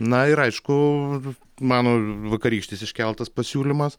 na ir aišku mano vakarykštis iškeltas pasiūlymas